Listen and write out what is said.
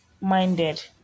minded